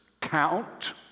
Count